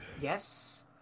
Yes